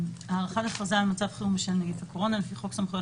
"הארכת הכרזה על מצב חירום בשל נגיף הקורונה לפי חוק סמכויות